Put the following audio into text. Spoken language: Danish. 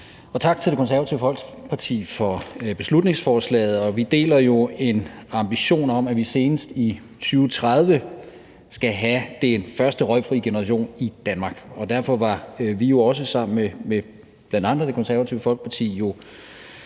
og tak til Det Konservative Folkeparti for beslutningsforslaget. Vi deler ambitionen om, at vi senest i 2030 skal have den første røgfri generation i Danmark, og derfor var vi jo også sammen med bl.a. Det Konservative Folkeparti